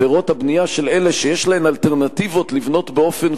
עבירות הבנייה של אלה שיש להם אלטרנטיבות לבנות באופן